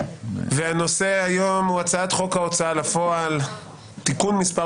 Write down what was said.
הנושא היום הוא הצעת חוק ההוצאה לפועל (תיקון מס'